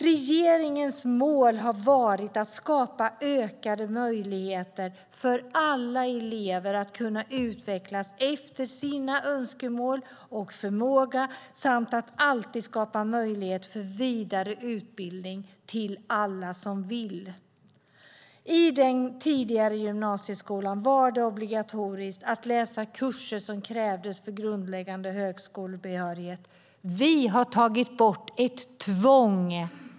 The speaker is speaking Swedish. Regeringens mål har varit att skapa ökade möjligheter för alla elever att utvecklas efter sina önskemål och förmåga samt att alltid skapa möjligheter för vidare utbildning till alla som vill. I den tidigare gymnasieskolan var det obligatoriskt att läsa kurser som krävdes för grundläggande högskolebehörighet. Vi har tagit bort ett tvång.